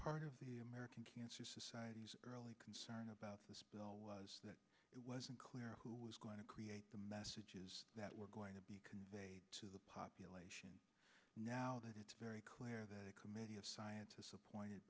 part of the american cancer society's early concern about this bill was that it wasn't clear who was going to create the messages that were going to be conveyed to the population now that it's very clear that a committee of scientists appointed